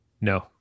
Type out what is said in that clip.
No